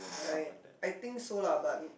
I I think so lah but